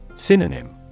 Synonym